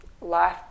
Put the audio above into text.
Life